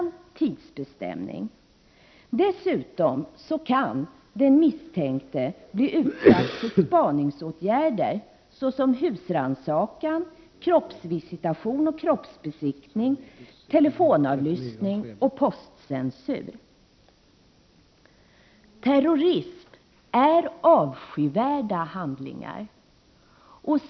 Dessutom kan den misstänkte bli utsatt för spaningsåtgärder såsom husrannsakan, kroppsvisitation och kroppsbesiktning, telefonavlyssning och postcensur. Terrorism är avskyvärda handlingar.